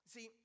See